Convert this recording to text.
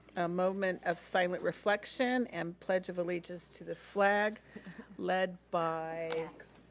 a moment of silent reflection and pledge of allegiance to the flag led by max.